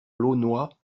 launois